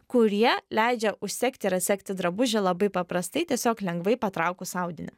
kurie leidžia užsegti ir atsegti drabužį labai paprastai tiesiog lengvai patraukus audinį